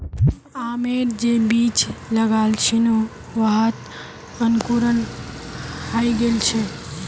आमेर जे बीज लगाल छिनु वहात अंकुरण हइ गेल छ